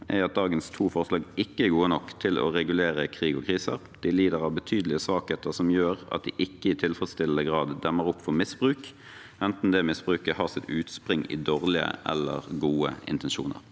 er at dagens to forslag ikke er gode nok til å regulere krig og kriser. De lider av betydelige svakheter som gjør at de ikke i tilfredsstillende grad demmer opp for misbruk, enten misbruket har sitt utspring i dårlige eller gode intensjoner.»